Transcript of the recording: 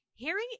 Harry